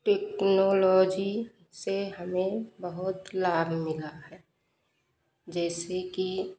technology से हमें बहुत लाभ मिला है जैसे कि